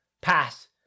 Pass